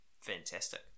Fantastic